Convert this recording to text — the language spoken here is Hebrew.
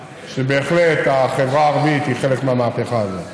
ובהחלט החברה הערבית היא חלק מהמהפכה הזו.